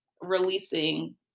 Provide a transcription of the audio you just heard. releasing